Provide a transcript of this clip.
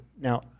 Now